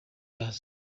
yazo